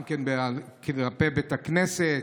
גם לעבר בית כנסת,